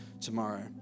tomorrow